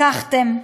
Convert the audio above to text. לקחתם.